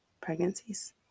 pregnancies